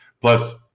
plus